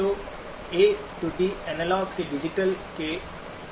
तो A D A D analogue से digital के अनुरूप है